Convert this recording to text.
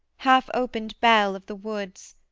half opened bell of the woods!